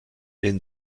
den